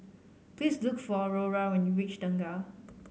please look for Aurora when you reach Tengah